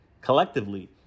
Collectively